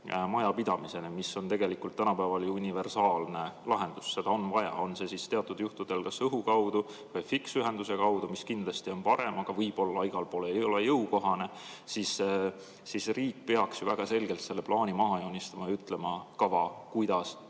kaudu, mis on tegelikult tänapäeval ju universaalne lahendus, seda on vaja, on see siis teatud juhtudel kas õhu kaudu või fiksühenduse kaudu, mis kindlasti on parem, aga võib-olla igal pool ei ole jõukohane, siis riik peaks väga selgelt selle plaani maha joonistama ja ütlema kava, kuidas